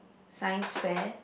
Science fair